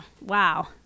wow